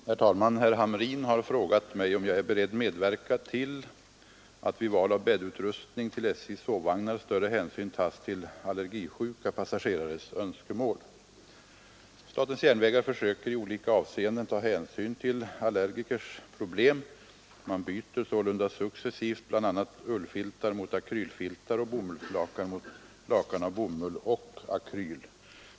Herr talman! Herr Hamrin har frågat mig om jag är beredd att medverka till att vid val av bäddutrustning till SJ:s sovvagnar större hänsyn tages till allergisjuka passagerares önskemål. SJ försöker i olika avseenden ta hänsyn till allergikers problem. Man byter sålunda successivt bl.a. ullfiltar mot acrylfiltar och bomullslakan mot lakan av bomull och acryl.